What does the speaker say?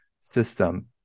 system